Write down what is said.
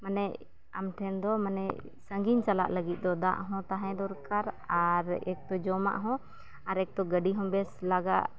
ᱢᱟᱱᱮ ᱟᱢᱴᱷᱮᱱ ᱫᱚ ᱢᱟᱱᱮ ᱥᱟᱺᱜᱤᱧ ᱪᱟᱞᱟᱜ ᱞᱟᱹᱜᱤᱫ ᱫᱚ ᱫᱟᱜᱦᱚᱸ ᱛᱟᱦᱮᱸ ᱫᱚᱨᱠᱟᱨ ᱟᱨ ᱮᱠᱛᱚ ᱡᱚᱢᱟᱜᱦᱚᱸ ᱟᱨ ᱮᱠ ᱛᱚ ᱜᱟᱹᱰᱤᱦᱚᱸ ᱵᱮᱥ ᱞᱟᱜᱟᱜ